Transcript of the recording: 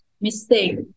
mistake